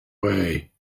way